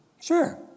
Sure